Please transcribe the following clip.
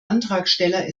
antragsteller